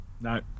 No